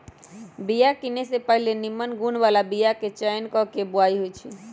बिया किने से पहिले निम्मन गुण बला बीयाके चयन क के बोआइ होइ छइ